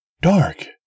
dark